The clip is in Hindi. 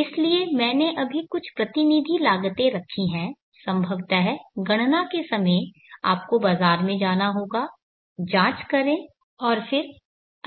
इसलिए मैंने अभी कुछ प्रतिनिधि लागतें रखी हैं सम्भवतः गणना के समय आपको बाजार में जाना होगा जाँच करें और फिर